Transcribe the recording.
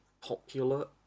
popular